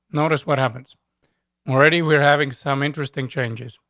noticed what happens already. we're having some interesting changes.